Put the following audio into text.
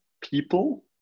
people